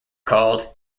called